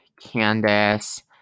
Candace